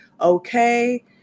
okay